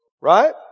Right